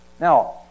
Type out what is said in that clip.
Now